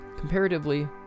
Comparatively